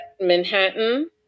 Manhattan